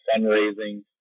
fundraising